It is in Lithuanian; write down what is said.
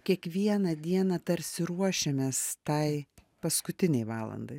kiekvieną dieną tarsi ruošiamės tai paskutinei valandai